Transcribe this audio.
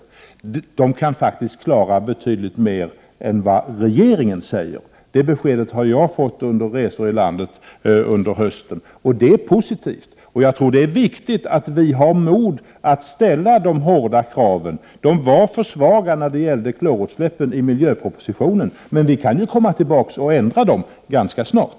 Industrin kan faktiskt klara betydligt mer än vad regeringen säger. Det beskedet har jag fått under resor i landet under hösten. Det är positivt. Jag tror att det är viktigt att vi har mod att ställa de hårda kraven. När det gäller klorutsläppen var kraven för svaga i miljöpropositionen, men vi kan ju komma tillbaka och ändra dem ganska snart.